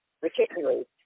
Particularly